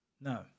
No